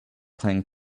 playing